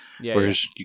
Whereas